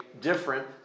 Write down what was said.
different